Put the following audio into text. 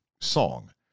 song